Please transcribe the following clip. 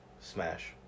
Smash